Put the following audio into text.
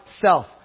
self